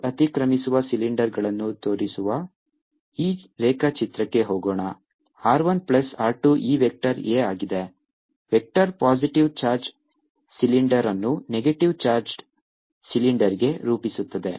2 ಅತಿಕ್ರಮಿಸುವ ಸಿಲಿಂಡರ್ಗಳನ್ನು ತೋರಿಸುವ ಈ ರೇಖಾಚಿತ್ರಕ್ಕೆ ಹೋಗೋಣ r 1 ಪ್ಲಸ್ r 2 ಈ ವೆಕ್ಟರ್ a ಆಗಿದೆ ವೆಕ್ಟರ್ ಪಾಸಿಟಿವ್ ಚಾರ್ಜ್ ಸಿಲಿಂಡರ್ ಅನ್ನು ನೆಗೆಟಿವ್ ಚಾರ್ಜ್ಡ್ ಸಿಲಿಂಡರ್ಗೆ ರೂಪಿಸುತ್ತದೆ